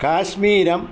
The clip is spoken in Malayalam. കാശ്മീരം